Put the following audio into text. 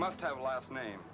must have a last name